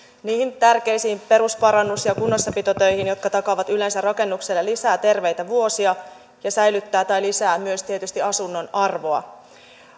niihin tärkeisiin perusparannus ja kunnossapitotöihin jotka takaavat yleensä rakennukselle lisää terveitä vuosia ja säilyttävät tai lisäävät myös tietysti asunnon arvoa